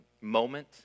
moment